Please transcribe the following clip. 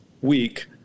week